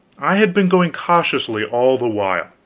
i had been going cautiously all the while.